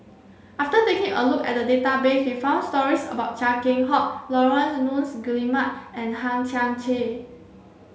after taking a look at the database we found stories about Chia Keng Hock Laurence Nunns Guillemard and Hang Chang Chieh